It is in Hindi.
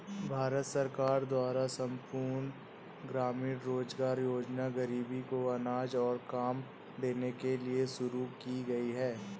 भारत सरकार द्वारा संपूर्ण ग्रामीण रोजगार योजना ग़रीबों को अनाज और काम देने के लिए शुरू की गई है